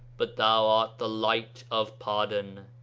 but thou art the light of pardon.